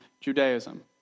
Judaism